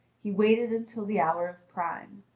he waited until the hour of prime.